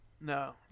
No